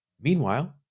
Meanwhile